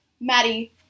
Maddie